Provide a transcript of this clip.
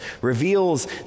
reveals